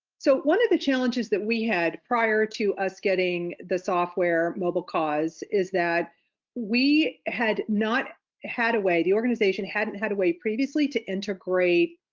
so one of the challenges that we had prior to us getting the software mobilecause is that we had not had a way the organization hadn't had a way previously to integrate